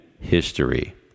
history